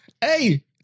Hey